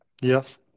Yes